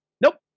Nope